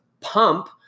pump